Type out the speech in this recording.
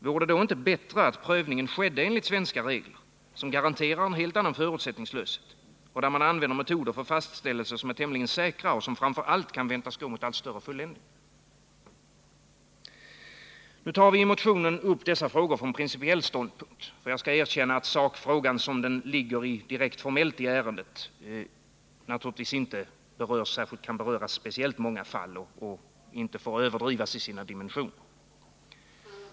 Vore det inte bättre att prövningen skedde enligt svenska regler, som garanterar en helt annan förutsättningslöshet och där man använder metoder för fastställelse som är tämligen säkra och som framför allt kan väntas gå mot allt större fulländning? I motionen tar vi upp dessa frågor från principiell synpunkt. Jag skall erkänna att frågan, som den formellt ligger i ärendet, naturligtvis inte kan beröra speciellt många fall och inte får överdrivas i sina dimensioner.